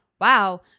Wow